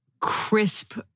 crisp